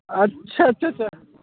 اچھا اچھا اچھا